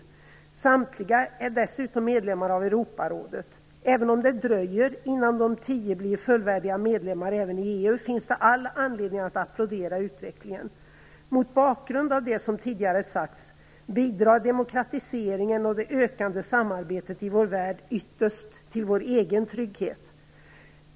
Samtliga är dessutom medlemmar av Europarådet. Även om det dröjer innan de tio blir fullvärdiga medlemmar även i EU finns det all anledning att applådera utvecklingen. Mot bakgrund av det som tidigare sagts bidrar demokratiseringen och det ökande samarbetet i vår värld ytterst till vår egen trygghet.